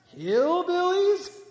Hillbillies